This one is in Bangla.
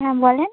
হ্যাঁ বলেন